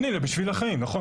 פונים לבשביל החיים, נכון?